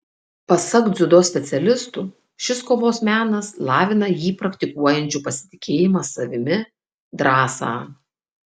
pasak dziudo specialistų šis kovos menas lavina jį praktikuojančių pasitikėjimą savimi drąsą